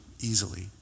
easily